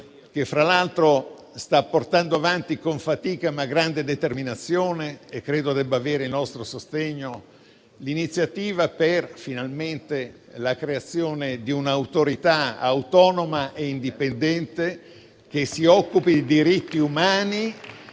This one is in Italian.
che fra l'altro sta portando avanti, con fatica ma con grande determinazione - e credo debba avere il nostro sostegno - l'iniziativa per arrivare finalmente alla creazione di un'autorità autonoma e indipendente che si occupi di diritti umani